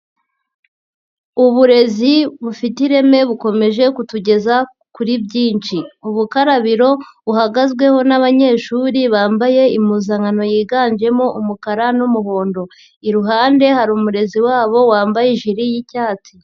Uburezi bufite ireme bukomeje kutugeza kuri byinshi. Ubukarabiro buhagazweho n'abanyeshuri bambaye impuzankano yiganjemo umukara n'umuhondo. Iruhande hari umurezi wabo wambaye ijiri y'icyatsi.